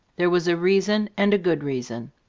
there was a reason, and a good reason.